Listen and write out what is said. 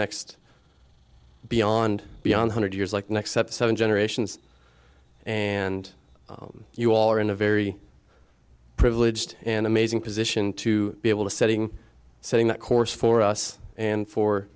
next beyond beyond hundred years like next up seven generations and you all are in a very privileged an amazing position to be able to setting setting that course for us and for